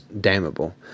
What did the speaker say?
damnable